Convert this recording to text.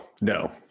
no